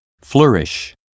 flourish